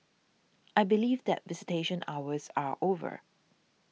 I believe that visitation hours are over